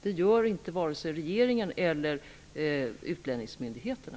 Det gör inte vare sig regeringen eller utlänningsmyndigheterna.